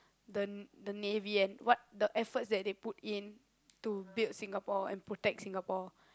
the the naval what the efforts that they put in to build Singapore and protect Singapore